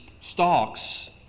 stalks